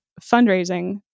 fundraising